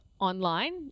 online